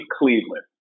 Cleveland